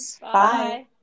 Bye